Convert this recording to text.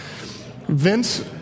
Vince